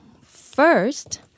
first